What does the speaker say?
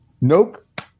Nope